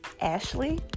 Ashley